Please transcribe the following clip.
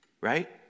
right